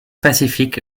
pacific